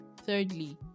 Thirdly